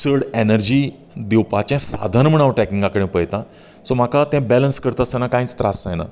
चड एनर्जी दिवपाचें साधन म्हूण हांव ट्रॅकिंगा कडेन पळयतां सो म्हाका तें बॅलन्स करतास्तना कांयच त्रास जायना